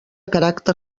caràcter